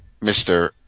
Mr